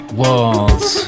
walls